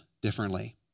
differently